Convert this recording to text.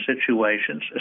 situations